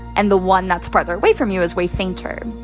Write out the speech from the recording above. and the one that's farther away from you is way fainter.